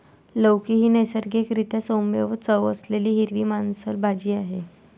लौकी ही नैसर्गिक रीत्या सौम्य चव असलेली हिरवी मांसल भाजी आहे